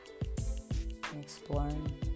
exploring